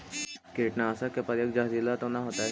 कीटनाशक के प्रयोग, जहरीला तो न होतैय?